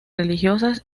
religiosas